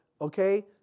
okay